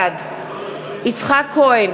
בעד יצחק כהן,